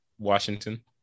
washington